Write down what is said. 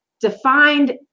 defined